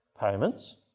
payments